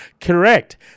Correct